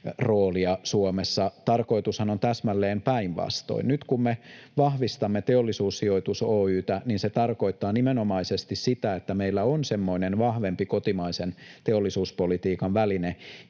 roolia Suomessa. Tarkoitushan on täsmälleen päinvastoin. Nyt kun me vahvistamme Teollisuussijoitus Oy:tä, niin se tarkoittaa nimenomaisesti sitä, että meillä on semmoinen vahvempi kotimaisen teollisuuspolitiikan väline,